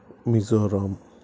Mizoram